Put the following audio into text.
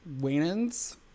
Wayne's